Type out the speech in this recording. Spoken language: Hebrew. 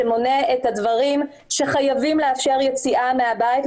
שמונה את הדברים שמאפשרים יציאה מהבית,